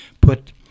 put